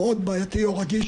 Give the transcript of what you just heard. מהיתרון של הכובע הכפול,